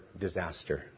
disaster